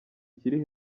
kiri